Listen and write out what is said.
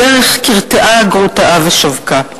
בדרך קרטעה הגרוטאה ושבקה.